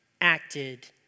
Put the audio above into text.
acted